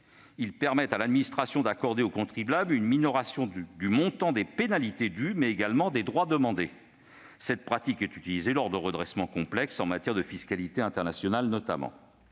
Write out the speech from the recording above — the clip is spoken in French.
ils permettent à l'administration d'accorder au contribuable une minoration du montant des pénalités dues, mais également des droits demandés. Cette pratique est utilisée lors de redressements complexes, notamment en matière de fiscalité internationale.